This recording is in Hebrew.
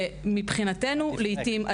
ומבחינתו לעיתים,